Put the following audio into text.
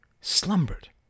slumbered